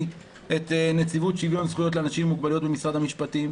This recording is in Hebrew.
את נציבות שוויון זכויות לאנשים עם מוגבלויות במשרד המשפטים.